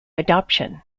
adoption